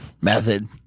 Method